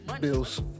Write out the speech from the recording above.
Bills